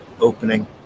Opening